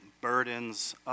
burdens